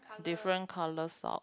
different colour sock